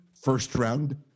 first-round